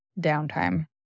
downtime